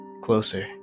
Closer